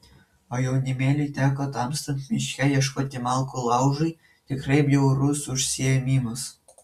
o jaunimėliui teko temstant miške ieškoti malkų laužui tikrai bjaurus užsiėmimas